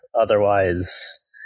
Otherwise